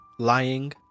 lying